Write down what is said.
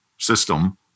system